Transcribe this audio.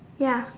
ya